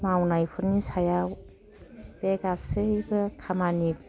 मावनायफोरनि सायाव बे गासैबो खामानि